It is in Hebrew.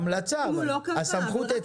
המלצה, הסמכות אצלו.